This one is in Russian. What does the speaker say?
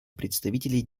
представителей